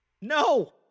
No